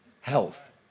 health